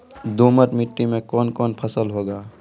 दोमट मिट्टी मे कौन कौन फसल होगा?